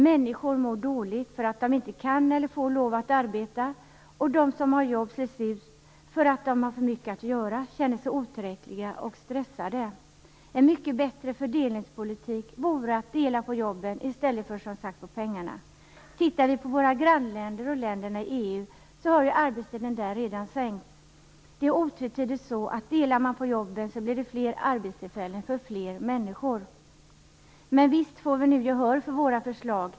Människor mår dåligt för att de inte kan eller får lov att arbeta, och de som har jobb slits ut för att de har för mycket att göra, känner sig otillräckliga och stressade. En mycket bättre fördelningspolitik vore att dela på jobben i stället för på pengarna. Om vi tittar på våra grannländer och länderna i EU ser vi att arbetstiden där redan har sänkts. Det är otvetydigt så att det blir fler arbetstillfällen för fler människor om man delar på jobben. Men visst får vi nu gehör för förslag.